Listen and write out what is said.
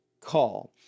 call